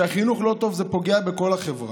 כשהחינוך לא טוב, זה פוגע בכל החברה.